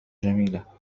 جميلة